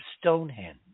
Stonehenge